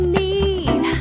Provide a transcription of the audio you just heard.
need